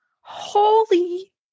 Holy